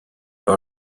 all